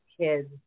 kids